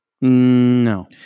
No